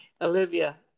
Olivia